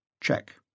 Check